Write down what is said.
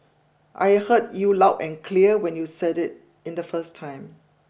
I heard you loud and clear when you said it in the first time